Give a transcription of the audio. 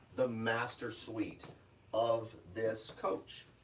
the master suite of this coach.